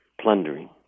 plundering